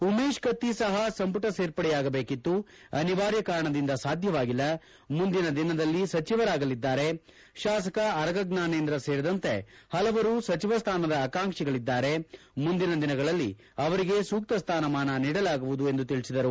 ಉಮೇಶ್ ಕೆತ್ತಿ ಸಹಾ ಸಂಪುಟ ಸೇರ್ಪಡೆಯಾಗಬೇಕಿತ್ತು ಅನಿವಾರ್ಯ ಕಾರಣದಿಂದ ಸಾಧ್ಯವಾಗಿಲ್ಲ ಮುಂದಿನ ದಿನದಲ್ಲಿ ಸಚಿವರಾಗಲಿದ್ದಾರೆ ಶಾಸಕ ಅರಗ ಜ್ಞಾನೇಂದ್ರ ಸೇರಿದಂತೆ ಹಲವರು ಸಚಿವ ಸ್ಥಾನದ ಆಕಾಂಕ್ಷಿಗಳಿದ್ದಾರೆ ಮುಂದಿನ ದಿನಗಳಲ್ಲಿ ಅವರಿಗೆ ಸೂಕ್ತ ಸ್ಲಾನಮಾನ ನೀಡಲಾಗುವುದು ಎಂದು ತಿಳಿಸಿದರು